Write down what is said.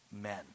men